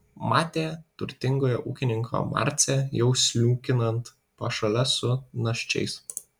matė turtingojo ūkininko marcę jau sliūkinant pašale su naščiais